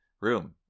room